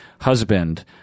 husband